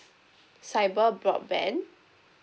cyber broadband